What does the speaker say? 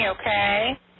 okay